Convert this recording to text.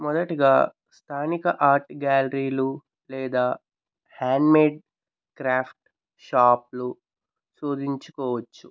మొదటిగా స్థానిక ఆర్ట్ గ్యాలరీలు లేదా హ్యాండ్ మేడ్ క్రాఫ్ట్ షాప్లు శోధించుకోవచ్చు